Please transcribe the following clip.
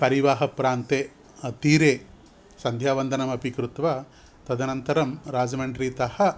परिवाहप्रान्ते तीरे सन्ध्यावन्दनमपि कृत्वा तदनन्तरं राजमन्ड्रीतः